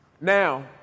Now